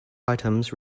items